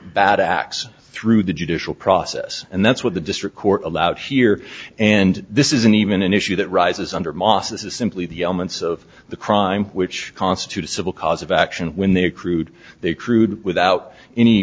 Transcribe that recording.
bad acts through the judicial process and that's what the district court allowed here and this isn't even an issue that rises under moss this is simply the elements of the crime which constitute a civil cause of action when they accrued they crewed without any